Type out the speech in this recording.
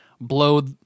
blow